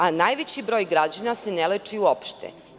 Ali, najveći broj građana se ne leči uopšte.